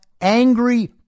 angry